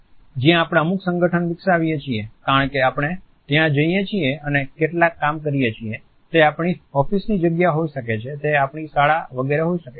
જ્યાં આપણે અમુક સંગઠન વિકસાવીએ છીએ કારણ કે આપણે ત્યાં જઈએ છીએ અને કેટલાક કામ કરીએ છીએ તે આપણી ઓફિસની જગ્યા હોય શકે છે તે આપણી શાળા વગેરે હોઈ શકે છે